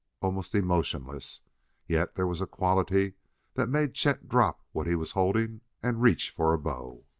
almost emotionless yet there was a quality that made chet drop what he was holding and reach for a bow.